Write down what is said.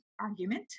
argument